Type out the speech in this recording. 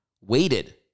waited